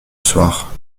soir